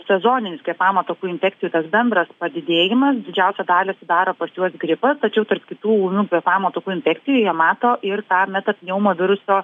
sezoninis kvėpavimo takų infekcijų tas bendras padidėjimas didžiausią dalį sudaro pas juos gripas tačiau tarp kitų ūmių kvėpavimo takų infekcijų jie mato ir tą metapneumoviruso